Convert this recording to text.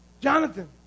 Jonathan